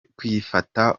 kwifata